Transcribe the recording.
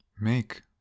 make